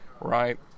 right